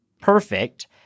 perfect